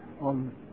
on